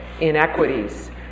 inequities